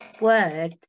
word